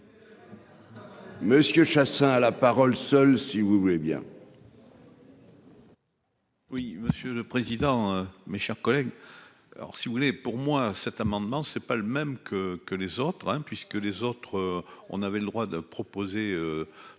Monsieur Chassaing, à la parole seul si vous voulez bien. Oui, monsieur le président, mes chers collègues, alors si vous voulez pour moi cet amendement, c'est pas le même que que les autres, hein, puisque les autres, on avait le droit de proposer